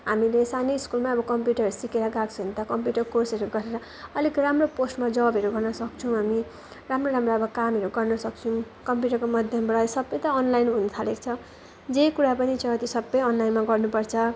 हामीले सानै स्कुलमा अब कम्प्युटहरू सिकेर गएको छ भने त कम्प्युटर कोर्सहरू गरेर अलिक राम्रो पोस्टमा जबहरू गर्न सक्छौँ हामी राम्रो राम्रो अब कामहरू गर्न सक्छौँ कम्प्युटरको माध्यमबाट सबै त अनलाइन हुनु थालेको छ जे कुरा पनि छ त्यो सबै अनलाइनमा गर्नुपर्छ